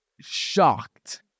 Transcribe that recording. shocked